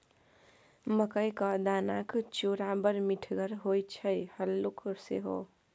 मकई क दानाक चूड़ा बड़ मिठगर होए छै हल्लुक सेहो